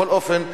בכל אופן,